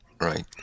Right